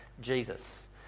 Jesus